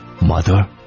Mother